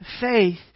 faith